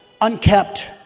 unkept